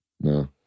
No